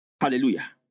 Hallelujah